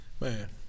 Man